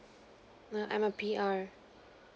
err I'm a P_R